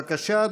בבקשה,